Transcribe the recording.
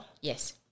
Yes